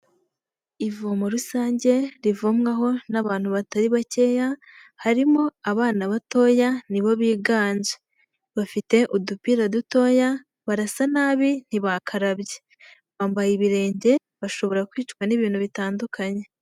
Mu ivomo rusange rivomwaho n'abantu batari bake, harimo abana batoya nibo biganje. BBafite udupira dutoya barasa nabi ntibakarabye bambaye ibirenge bashobora kwicwa n'ibintu bitandukanye.